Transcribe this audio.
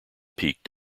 peaked